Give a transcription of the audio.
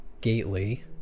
Gately